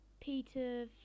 Peter